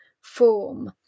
form